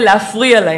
כדאי שתעשה את